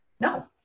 no